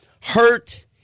hurt